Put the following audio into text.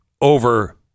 over